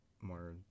More